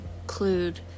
include